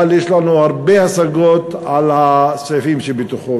אבל יש לנו הרבה השגות על הסעיפים שבתוכו.